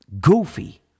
goofy